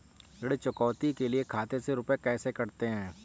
ऋण चुकौती के लिए खाते से रुपये कैसे कटते हैं?